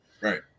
Right